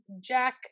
Jack